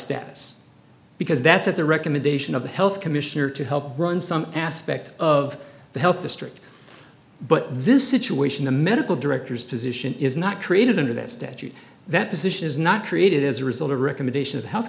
steps because that's at the recommendation of the health commissioner to help run some aspect of the health district but this situation the medical directors position is not created under that statute that position is not created as a result of a recommendation of health